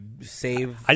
save